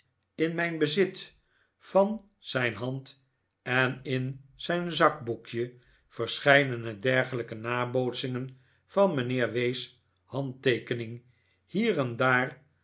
in mijn bezit van jpwr de beschuldigingen stapelen zich op zijn hand en in zijn zakboekje verscheidene dergelijke nabootsingen van mijnheer w s handteekening hier en daar